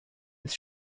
ist